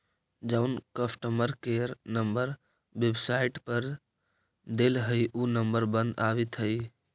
जउन customer care number website पर देल हई ऊ नंबर बंद आबित हई